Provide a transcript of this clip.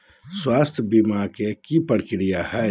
स्वास्थ बीमा के की प्रक्रिया है?